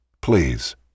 please